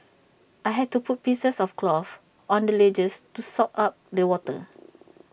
I had to put pieces of cloth on the ledges to soak up the water